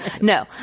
No